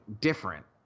different